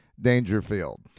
dangerfield